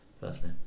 Personally